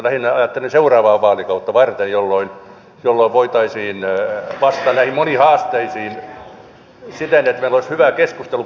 lähinnä ajattelen seuraavaa vaalikautta varten jolloin voitaisiin vastata näihin moniin haasteisiin siten että olisi hyvä keskustelupohja sitten meidän poliitikoillamme linjata asiantuntijatyöryhmän perusteella